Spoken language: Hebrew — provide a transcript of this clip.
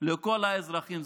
לכל האזרחים.